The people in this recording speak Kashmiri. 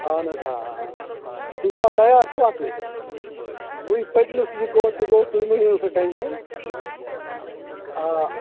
اَہَن حظ آ آ تُہۍ چھُوا تَیار چھُوا تُہۍ وُنۍ پٔتۍمِس یہِ گوٚو تہِ گوٚو تُہۍ مٔہ ہیٚیِو سُہ ٹٮ۪نشَن آ